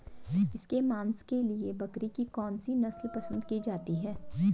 इसके मांस के लिए बकरी की कौन सी नस्ल पसंद की जाती है?